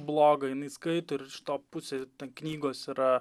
blogą jinai skaito ir iš to pusė knygos yra